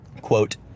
Quote